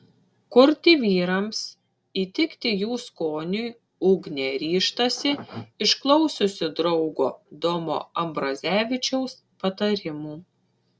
kurti vyrams įtikti jų skoniui ugnė ryžtasi išklausiusi draugo domo ambrazevičiaus patarimų